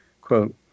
Quote